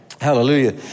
Hallelujah